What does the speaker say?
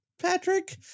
Patrick